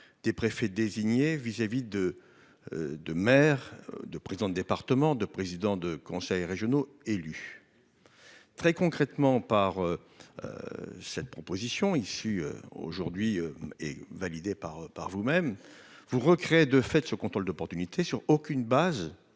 des préfets désignés vis-à-vis de de maires de présidents de département de présidents de conseils régionaux élus très concrètement par cette proposition issue aujourd'hui est validé par, par vous même vous recréer de fait ce contrôle d'opportunité sur aucune base